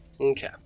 Okay